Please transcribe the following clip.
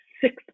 six